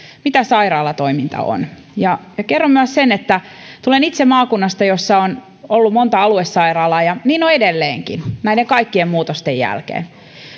mitä sairaalatoiminta on kerron myös sen että tulen itse maakunnasta jossa on ollut monta aluesairaalaa ja niin on edelleenkin näiden kaikkien muutosten jälkeen